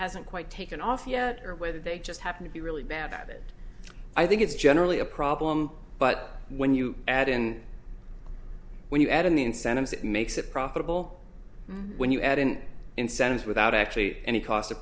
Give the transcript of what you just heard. hasn't quite taken off yet or whether they just happen to be really bad at it i think it's generally a problem but when you add in when you add in the incentives it makes it profitable when you add in incentives without actually any cost of